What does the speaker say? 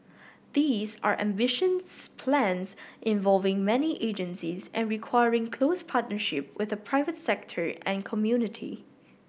these are ambitious plans involving many agencies and requiring close partnership with the private sector and community